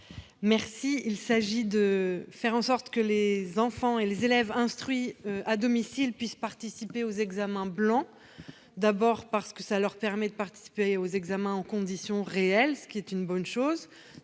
Brulin. Il s'agit de faire en sorte que les enfants instruits à domicile puissent participer aux examens blancs, ce qui leur permettrait de participer aux examens en conditions réelles, et c'est une bonne chose.